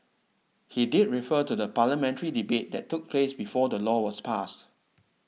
he did refer to the parliamentary debate that took place before the law was passed